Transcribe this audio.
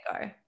go